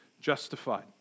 justified